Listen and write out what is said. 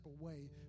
away